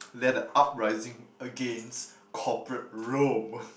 led the uprising against corporate Rome